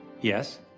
Yes